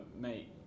mate